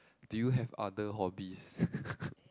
do you have other hobbies